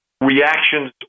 reactions